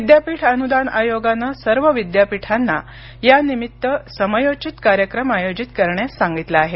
विद्यापीठ अनुदान आयोगानं सर्व विद्यापीठांना यानिमित्त समयोचित कार्यक्रम आय़ोजित करण्यास सांगितलं आहे